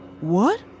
What